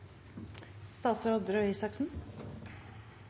Statsråd Torbjørn Røe